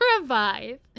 revive